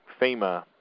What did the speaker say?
FEMA